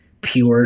pure